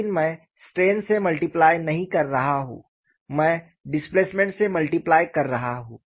लेकिन मैं स्ट्रेन से मल्टीप्लय नहीं कर रहा हूं मैं डिस्प्लेसमेंट से मल्टीप्लय कर रहा हूं